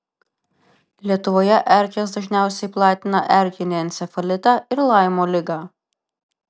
lietuvoje erkės dažniausiai platina erkinį encefalitą ir laimo ligą